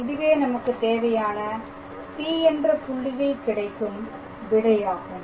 இதுவே நமக்கு தேவையான P என்ற புள்ளியில் கிடைக்கும் விடையாகும்